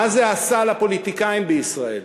מה זה עשה לפוליטיקאים בישראל?